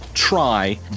try